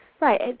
Right